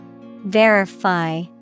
Verify